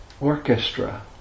orchestra